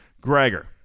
Gregor